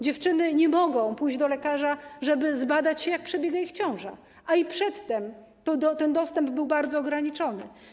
Dziewczyny nie mogą pójść do lekarza, żeby zbadać się, jak przebiega ich ciąża, a i przedtem ten dostęp był bardzo ograniczony.